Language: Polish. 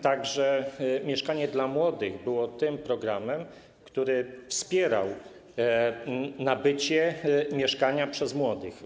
Także ˝Mieszkanie dla młodych˝ było tym programem, który wspierał nabywanie mieszkań przez młodych.